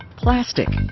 plastic.